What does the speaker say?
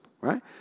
right